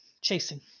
chasing